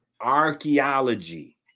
Archaeology